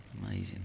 Amazing